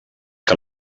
que